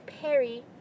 Perry